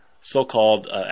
so-called